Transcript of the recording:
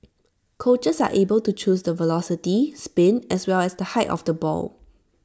coaches are able to choose the velocity spin as well as the height of the ball